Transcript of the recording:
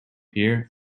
there